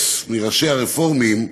מראשי הרפורמים,